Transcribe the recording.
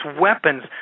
weapons